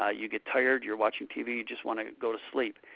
ah you get tired, you're watching tv, you just want to go to sleep.